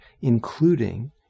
including